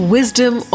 Wisdom